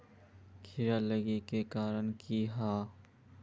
कीड़ा लागे के कारण की हाँ?